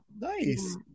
nice